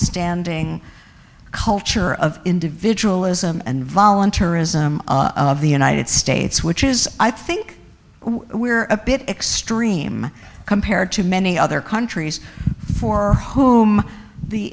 standing culture of individual ism and voluntourism of the united states which is i think we're a bit extreme compared to many other countries for whom the